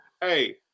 hey